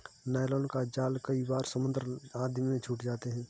nylon का जाल कई बार समुद्र आदि में छूट जाते हैं